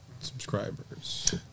subscribers